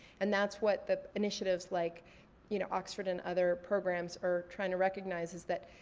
and that's what the initiatives like you know oxford and other programs are trying to recognize is that.